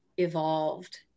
evolved